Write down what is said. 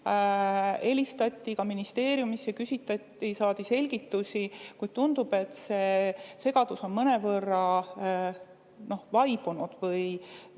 Helistati ka ministeeriumisse, küsiti, saadi selgitusi. Tundub, et see segadus on mõnevõrra vaibunud või